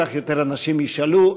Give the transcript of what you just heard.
כך יותר אנשים ישאלו,